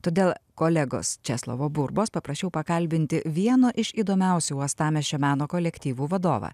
todėl kolegos česlovo burbos paprašiau pakalbinti vieno iš įdomiausių uostamiesčio meno kolektyvų vadovą